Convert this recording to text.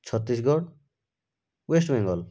Chhattisgarh West Bengal